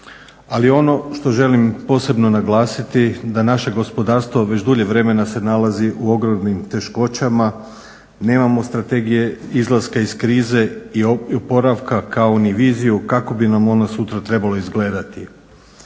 Ali ono što želim posebno naglasiti da naše gospodarstvo već dulje vremena se nalazi u ogromnim teškoćama, nemamo strategije izlaska iz krize i oporavka, kao ni viziju kako bi nam ona sutra trebala izgledati.